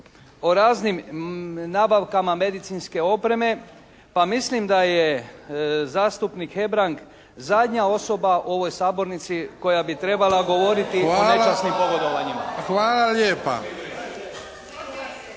o raznim nabavkama medicinske opreme pa mislim da je zastupnik Hebrang zadnja osoba u ovoj sabornici koja bi trebala govoriti o nečasnim pogodovanjima. **Bebić,